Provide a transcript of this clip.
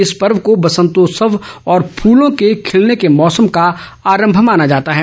इस पर्व को बसंतोत्सव और फ़लों के खिलने के मौसम का आरंभ माना जाता है